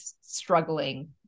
struggling